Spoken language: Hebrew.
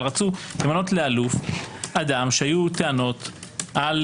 רצו למנות לאלוף אדם שהיו טענות על